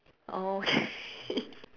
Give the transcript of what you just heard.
okay